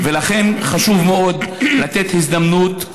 לכן חשוב מאוד לתת הזדמנות,